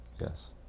yes